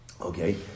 okay